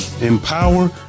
empower